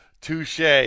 Touche